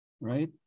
Right